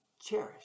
Cherish